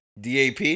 DAP